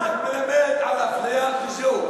זה רק מלמד על האפליה וזהו.